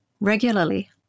regularly